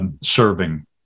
serving